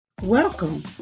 Welcome